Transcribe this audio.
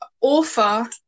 author